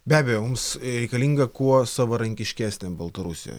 be abejo mums reikalinga kuo savarankiškesnė baltarusija